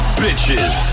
bitches